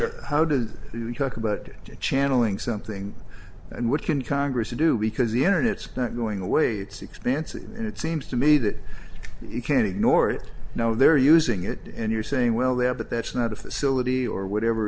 or how did you talk about it channeling something and what can congress do because the internet's not going away it's expansive and it seems to me that you can ignore it now they're using it and you're saying well there but that's not a facility or whatever